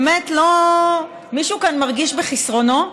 באמת מישהו כאן מרגיש בחסרונו?